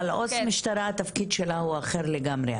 אבל עו"ס משטרה התפקיד שלה הוא אחר לגמרי,